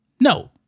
No